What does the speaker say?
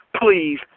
please